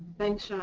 thanks, sean.